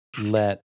let